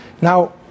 Now